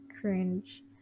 cringe